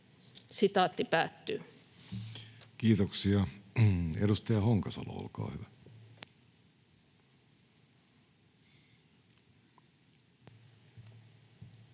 ja raskaalta.” Kiitoksia. — Edustaja Honkasalo, olkaa hyvä.